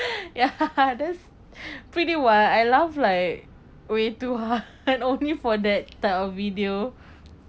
ya that's pretty wild I laughed like very too hard only for that type of video